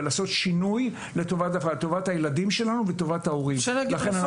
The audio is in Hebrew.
לעשות שינוי לטובת הילדים שלנו ולטובת ההורים,